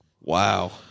Wow